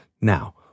Now